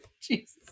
Jesus